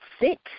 six